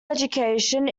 education